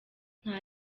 nta